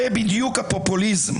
זה בדיוק הפופוליזם.